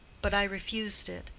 but i refused it.